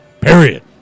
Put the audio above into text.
Period